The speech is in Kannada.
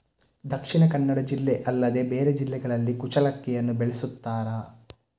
ದಕ್ಷಿಣ ಕನ್ನಡ ಜಿಲ್ಲೆ ಅಲ್ಲದೆ ಬೇರೆ ಜಿಲ್ಲೆಗಳಲ್ಲಿ ಕುಚ್ಚಲಕ್ಕಿಯನ್ನು ಬೆಳೆಸುತ್ತಾರಾ?